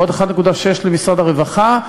ועוד 1.6 למשרד הרווחה,